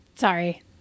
sorry